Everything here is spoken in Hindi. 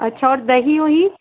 अच्छा और दही उही